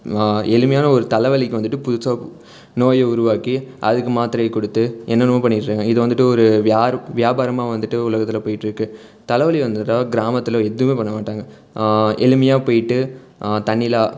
எளிமையான ஒரு தலைவலிக்கு வந்துட்டு புதுசாக நோயை உருவாக்கி அதுக்கு மாத்திரைய கொடுத்து என்னென்னமோ பண்ணிகிட்டுருக்காங்க இது வந்துட்டு ஒரு வியார் வியாபாரமாக வந்துட்டு உலகத்தில் போய்கிட்ருக்கு தலைவலி வந்துவிட்டா கிராமத்தில் எதுவுமே பண்ண மாட்டாங்க எளிமையாக போய்விட்டு தண்ணியில்